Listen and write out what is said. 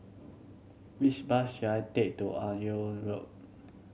which bus should I take to Aljunied Road